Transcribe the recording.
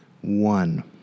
One